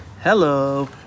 Hello